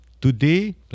Today